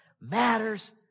matters